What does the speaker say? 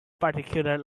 particular